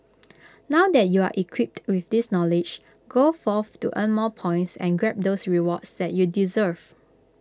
now that you're equipped with this knowledge go forth to earn more points and grab those rewards that you deserve